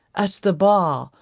at the bar,